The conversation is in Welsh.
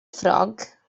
ffrog